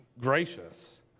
gracious